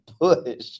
push